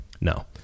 No